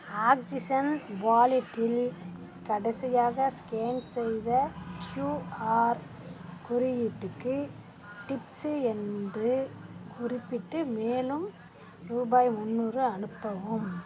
oxygen வாலெட்டில் கடைசியாக scan செய்த க்யூஆர் குறியீட்டுக்கு டிப்ஸ்ஸு என்று குறிப்பிட்டு மேலும் ரூபாய் முந்நூறு அனுப்பவும்